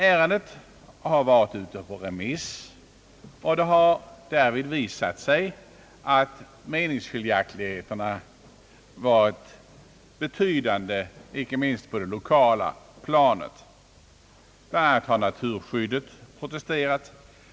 Ärendet har varit ute på remiss, och det har visat sig att meningsskiljaktigheterna varit betydande, icke minst på det lokala planet. Bl.a. har man protesterat från naturskyddshåll.